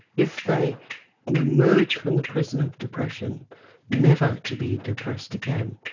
if they emerge from the prison of depression never to be depressed again,